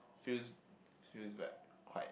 feels feels like quite